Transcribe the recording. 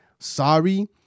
Sorry